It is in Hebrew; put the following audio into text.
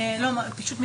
לאפשר?